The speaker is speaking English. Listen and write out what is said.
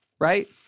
right